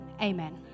amen